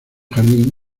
jardín